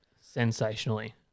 sensationally